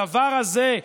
הדבר הזה,